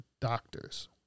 doctors